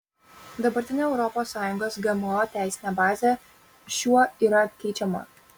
dabartinė europos sąjungos gmo teisinė bazė šiuo yra keičiama